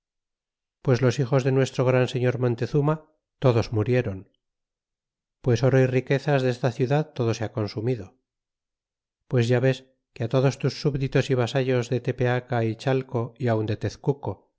pues los hijos de nuestro gran señor montezuma todos muriéron pues oro y riquezas desta ciudad todo se ha consumido pues ya ves que todos tus súbditos y vasallos de tepeaca y chateo y aun de tezcuco